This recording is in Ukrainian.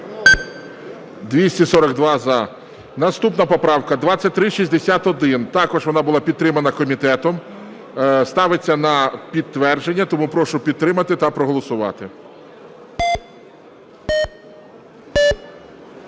прийнято. Наступна поправка 2361. Також вона була підтримана комітетом. Ставиться на підтвердження. Тому прошу підтримати та проголосувати.